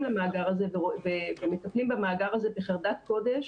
למאגר הזה ומטפלים במאגר הזה בחרדת קודש